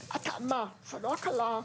שההתאמה, זה לא הקלה,